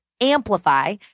amplify